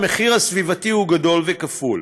והמחיר הסביבתי הוא גדול וכפול,